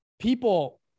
people